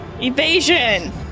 Evasion